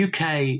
UK